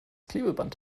klebeband